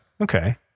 Okay